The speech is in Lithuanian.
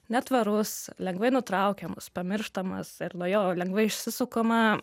netvarus lengvai nutraukiamus pamirštamas ir nuo jo lengvai išsisukama